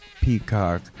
Peacock